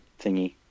Thingy